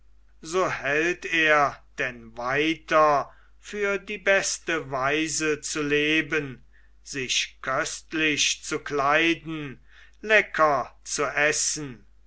so hält er denn weiter für die beste weise zu leben sich köstlich zu kleiden lecker zu essen